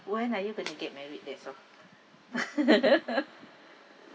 when are you going to get married that's all